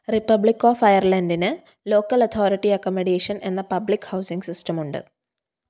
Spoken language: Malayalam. റിപ്പബ്ലിക്ക് ഓഫ് അയർലൻഡിന് ലോക്കൽ അതോറിറ്റി അക്കമഡേഷൻ എന്ന പബ്ലിക് ഹൗസിങ് സിസ്റ്റം ഉണ്ട്